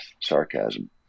sarcasm